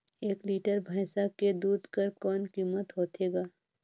एक लीटर भैंसा के दूध कर कौन कीमत होथे ग?